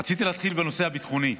רציתי להתחיל בנושא הביטחוני,